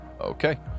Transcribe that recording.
Okay